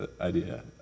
idea